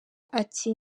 ati